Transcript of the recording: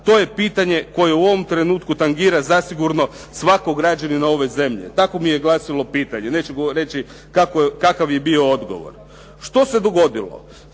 to je pitanje koje u ovom trenutku tangira zasigurno svakog građanina ove zemlje.". Tako mi je glasilo pitanje, neću reći kakav je bio odgovor. Što se dogodilo?